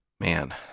Man